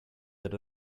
that